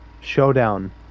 showdown